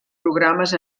programes